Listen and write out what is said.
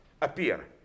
appear